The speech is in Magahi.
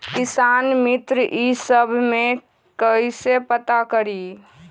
किसान मित्र ई सब मे कईसे पता करी?